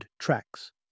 tracks